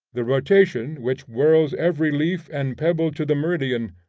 the rotation which whirls every leaf and pebble to the meridian,